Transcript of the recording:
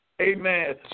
Amen